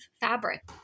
fabric